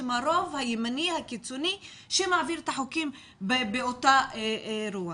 שהם הרוב הימני הקיצוני שמעביר את החוקים באותה רוח.